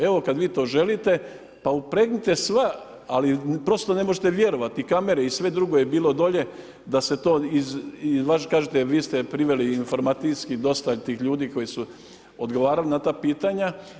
Evo kada vi to želite pa upregnite sva, ali prosto ne možete vjerovati i kamere i sve drugo je bilo dolje i kažete vi ste priveli informacijski dosta tih ljudi koji su odgovarali na ta pitanja.